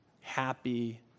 happy